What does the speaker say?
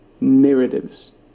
narratives